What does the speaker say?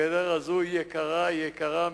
הגדר הזו היא יקרה, היא יקרה מאוד.